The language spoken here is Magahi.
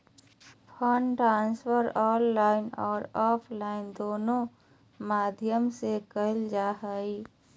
फंड ट्रांसफर ऑनलाइन आर ऑफलाइन दोनों माध्यम से करल जा हय